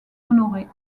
honorée